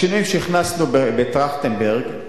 השינויים שהכנסנו בדוח-טרכטנברג,